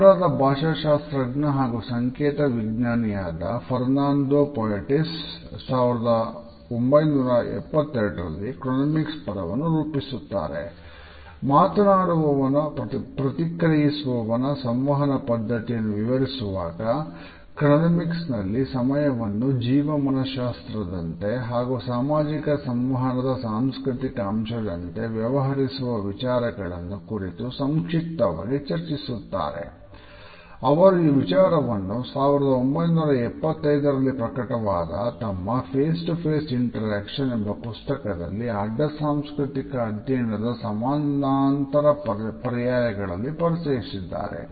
ಕೆನಡಾದ ಭಾಷಾಶಾಸ್ತ್ರಜ್ಞ ಹಾಗೂ ಸಂಕೇತ ವಿಜ್ಞಾನಿಯಾದ ಫರ್ನಾಂಡೊ ಪೊಯಟೋಸ್ 1972 ರಲ್ಲಿ ಕ್ರೋನೆಮಿಕ್ಸ್ ಎಂಬ ಪುಸ್ತಕದಲ್ಲಿ ಅಡ್ಡ ಸಾಂಸ್ಕೃತಿಕ ಅಧ್ಯಯನದ ಸಮಾನಾಂತರ ಪರ್ಯಾಯಗಳಲ್ಲಿ ಪರಿಚಯಿಸಿದ್ದಾರೆ